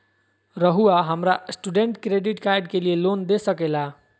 रहुआ हमरा student credit card के लिए लोन दे सके ला?